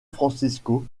francisco